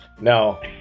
No